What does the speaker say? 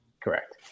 Correct